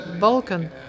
Balkan